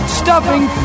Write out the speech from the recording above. stuffing